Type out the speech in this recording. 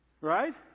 Right